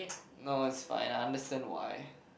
no is fine I understand why